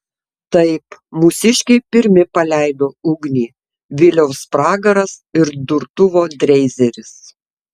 taip mūsiškiai pirmi paleido ugnį viliaus pragaras ir durtuvo dreizeris